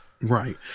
right